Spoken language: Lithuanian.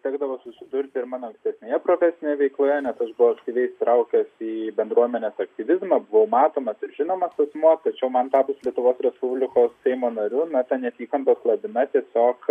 tekdavo susidurti ir mano ankstesnėje profesinėje veikloje ne aš buvau aktyviai įsitraukęs į bendruomenės aktyvizmą buvau matomas ir žinomas asmuo tačiau man tapus lietuvos respublikos seimo nariu na ta neapykantos lavina tiesiog